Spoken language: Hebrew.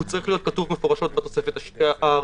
הוא צריך להיות כתוב מפורשות בתוספת הראשונה.